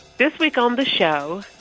this week on the show,